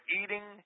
eating